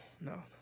no